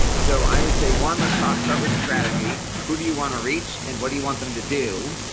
so i would say one that's. ah start with the strategy. who do you want to reach and what do you want them to do.